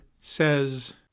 says